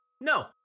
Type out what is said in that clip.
No